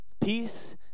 Peace